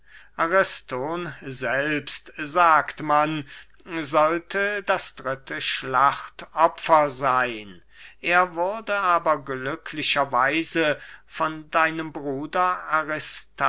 ariston selbst sagt man sollte das dritte schlachtopfer seyn er wurde aber glücklicher weise von deinem bruder